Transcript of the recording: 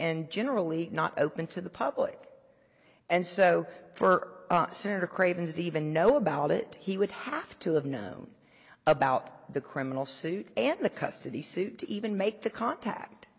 and generally not open to the public and so for senator craven's even know about it he would have to have known about the criminal suit and the custody suit to even make the contact